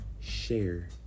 Share